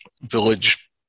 village